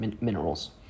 Minerals